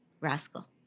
Rascal